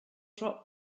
dropped